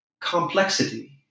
complexity